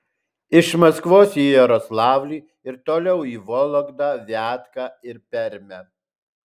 iš maskvos į jaroslavlį ir toliau į vologdą viatką ir permę